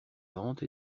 ventes